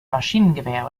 maschinengewehr